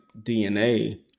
DNA